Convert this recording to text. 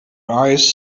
eyes